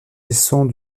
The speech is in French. descend